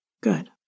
Good